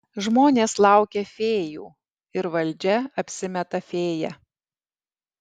žmonės laukia fėjų ir valdžia apsimeta fėja